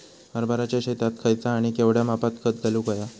हरभराच्या शेतात खयचा आणि केवढया मापात खत घालुक व्हया?